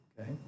okay